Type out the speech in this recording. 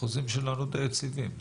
החוזים שלנו די יציבים.